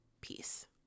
Peace